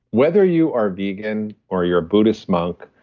whether you are vegan, or you're a buddhist monk,